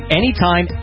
anytime